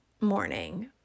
morning